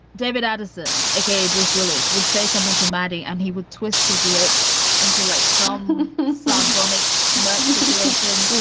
david addison a k a. bruce willis, would say something to marty and he would twist his lips into like some sort doneck smirking situation. boom.